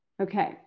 Okay